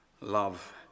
love